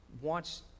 wants